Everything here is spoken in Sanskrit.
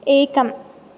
एकम्